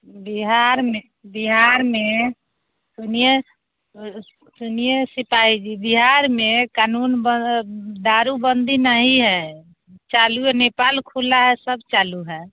बिहारमे बिहारमे सुनिये सुनिये सिपाही जी बिहारमे कानून बऽ दारू बन्दी नहीं हय चालू हय नेपाल खुला हय सभ चालू हय